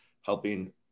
helping